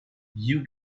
you